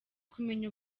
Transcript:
kumenya